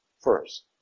first